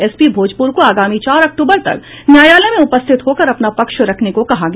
SP Bhojpur को आगामी चार अक्टूबर तक न्यायालय में उपस्थित होकर अपना पक्ष रखने को कहा गया